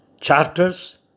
Charters